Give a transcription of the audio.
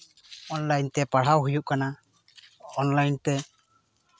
online ᱛᱮ ᱯᱟᱲᱦᱟᱣ ᱦᱩᱭᱩᱜ ᱠᱟᱱᱟ ᱚᱱᱞᱟᱭᱤᱱ ᱛᱮ